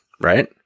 right